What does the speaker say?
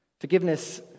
Forgiveness